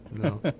No